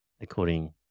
according